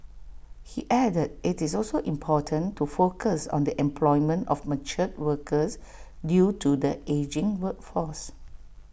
he added IT is also important to focus on the employment of mature workers due to the ageing workforce